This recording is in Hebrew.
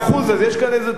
אז יש כאן איזו תוצאה,